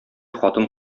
хатын